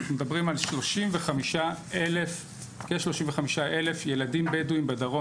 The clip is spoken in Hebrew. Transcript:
ומדברים על כ-35 אלף ילדים בדואים בדרום